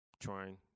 trying